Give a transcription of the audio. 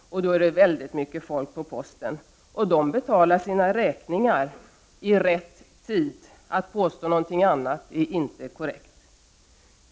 Då är det väldigt mycket folk på posten och dessa människor betalar sina räkningar i rätt tid. Att påstå någonting annat vore inte korrekt.